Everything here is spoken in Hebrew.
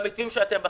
במתווים שאתם בחרתם.